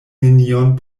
nenion